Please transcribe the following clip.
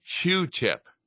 Q-tip